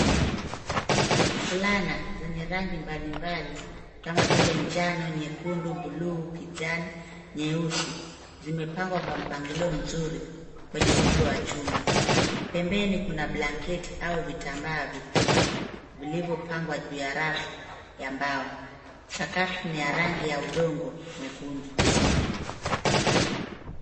Fulana zenye rangi mbali mbali kama vile njano, nyekundu, buluu, kijani, nyeusi zimepangwa kwa mpangilio mzuri kwenye wigo wa chuma. Pembeni kuna blanketi au vitambaa vikubwa vilivyopangwa juu ya rafu ya mbao. Sakafu ni ya rangi ya udongo mwekundu.